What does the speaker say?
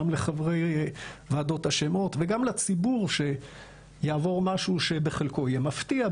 גם לחברי ועדות השמות וגם לציבור שיעבור משהו שבחלקו יהיה מפתיע,